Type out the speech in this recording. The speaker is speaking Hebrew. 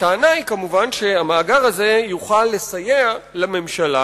הטענה היא כמובן שהמאגר הזה יוכל לסייע לממשלה